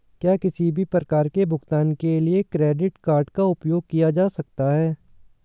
क्या किसी भी प्रकार के भुगतान के लिए क्रेडिट कार्ड का उपयोग किया जा सकता है?